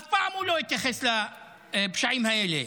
אף פעם הוא לא התייחס לפשעים האלה.